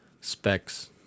specs